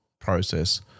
process